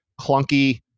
clunky